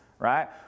Right